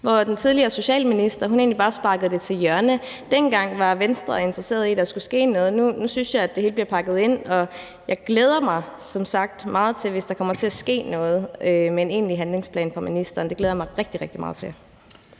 hvor den tidligere socialminister egentlig bare sparkede det til hjørne. Dengang var Venstre interesseret i, at der skulle ske noget. Nu synes jeg, at det hele bliver pakket ind, og jeg glæder mig som sagt meget til det, hvis der kommer til at ske noget med en egentlig handlingsplan fra ministerens side. Det glæder jeg mig rigtig, rigtig meget til.